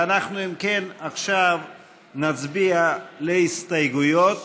אם כן, אנחנו עכשיו נצביע על ההסתייגויות